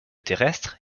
terrestre